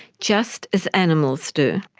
just as animals do.